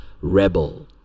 Rebel